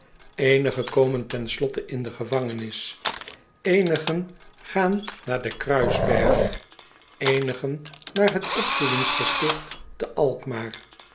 eenigen komen ten slotte in de gevangenis eenigen gaan naar d e n k r u i s b e r g eenigen naar het opvoedingsgesticht te alkmaar